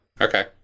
Okay